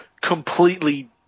completely